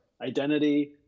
identity